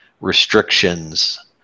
restrictions